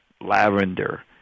lavender